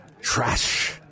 trash